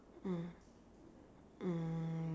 mm um